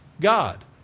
God